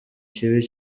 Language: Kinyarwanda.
kibi